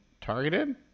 targeted